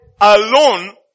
alone